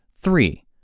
Three